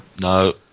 No